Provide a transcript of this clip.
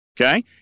Okay